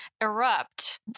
erupt